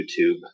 YouTube